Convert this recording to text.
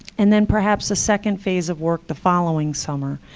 and then perhaps a second phase of work the following summer.